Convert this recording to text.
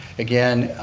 again,